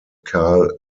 karl